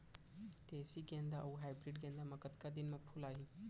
देसी गेंदा अऊ हाइब्रिड गेंदा म कतका दिन म फूल आही?